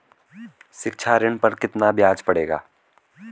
शिक्षा ऋण पर कितना ब्याज पड़ेगा?